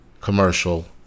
commercial